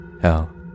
Hell